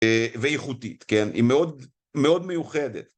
ואיכותית, כן? היא מאוד, מאוד מיוחדת.